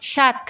সাত